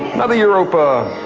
another europa.